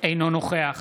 אינו נוכח